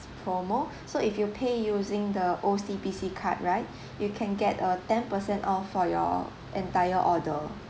promo so if you pay using the O_C_B_C card right you can get a ten per cent off for your entire order